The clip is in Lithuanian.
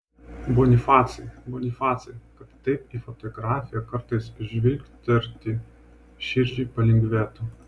bonifacai bonifacai kad taip į fotografiją kartais žvilgterti širdžiai palengvėtų